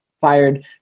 fired